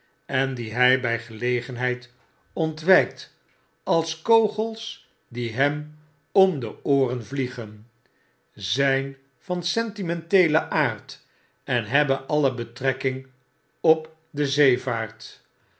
en die hy by gelegenheid ontwpt als kogels die hem om de ooren vliegen zijn van sentimenteelen aard en hebben alle betrekking op de zeevaart